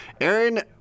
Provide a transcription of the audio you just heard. Aaron